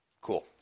Cool